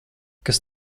kas